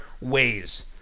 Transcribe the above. ways